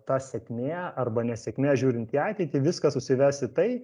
ta sėkmė arba nesėkmė žiūrint į ateitį viskas susives į tai